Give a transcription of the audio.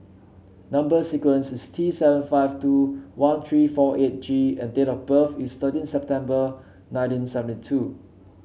number sequence is T seven five two one three four eight G and date of birth is thirteen September nineteen seventy two